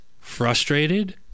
frustrated